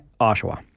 Oshawa